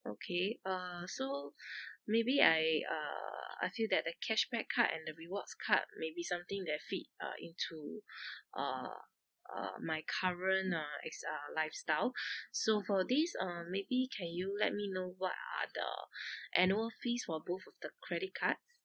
okay uh so maybe I uh I feel that the cashback card and the rewards card maybe something that fit uh into uh uh my current uh ex~ uh lifestyle so for this uh maybe can you let me know what are the annual fees for both of the credit cards